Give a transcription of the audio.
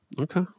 okay